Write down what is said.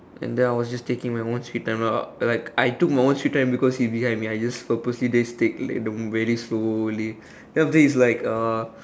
and then I was just taking my own sweet time lah like I took my own sweet time because he behind me I just purposely take like the very slowly then after that he's like uh